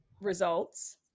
results